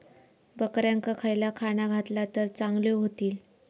बकऱ्यांका खयला खाणा घातला तर चांगल्यो व्हतील?